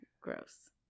gross